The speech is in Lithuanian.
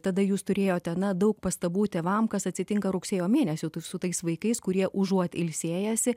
tada jūs turėjote na daug pastabų tėvam kas atsitinka rugsėjo mėnesį su tais vaikais kurie užuot ilsėjęsi